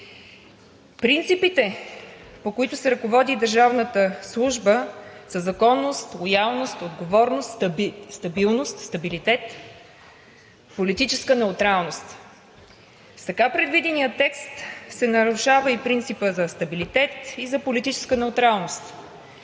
Принципите, по които се ръководи държавната служба, са законност, лоялност, отговорност, стабилност, стабилитет, политическа неутралност. В така предвидения текст се нарушава и принципът за стабилитет, и за политическа неутралност.